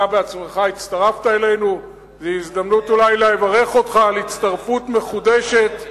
אתה עצמך הצטרפת אלינו וזו הזדמנות אולי לברך אותך על הצטרפות מחודשת,